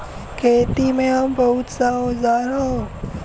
खेती में अब बहुत सा औजार हौ